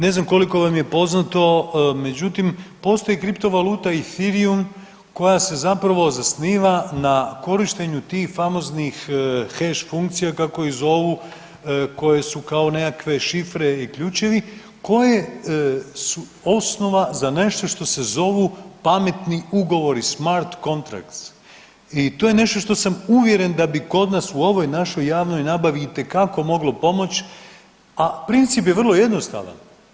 Ne znam koliko vam je poznato, međutim postoji kripto valuta ifivijum koja se zapravo zasniva na korištenju tih famoznih heš funkcija kako ih zovu koje su kao nekakve šifre i ključevi koje su osnova za nešto što se zovu pametni ugovori Smart contracts i to je nešto što sam uvjeren da bi kod nas u ovoj našoj javnoj nabavi itekako moglo pomoć, a princip je vrlo jednostavan.